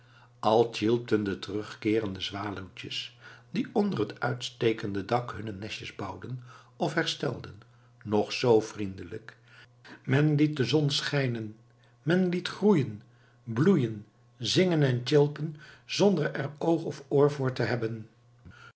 sjilpten de teruggekeerde zwaluwtjes die onder het uitstekende dak hunne nestjes bouwden of herstelden nog zoo vriendelijk men liet de zon schijnen men liet groeien bloeien zingen en sjilpen zonder er oog of oor voor te hebben